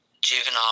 juvenile